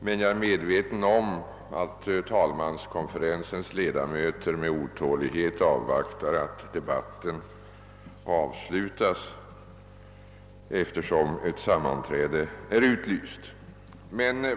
men jag wvet att ledamöterna i talmanskonferensen med otålighet väntar på att debatten skall sluta, eftersom ett sammanträde är utsatt.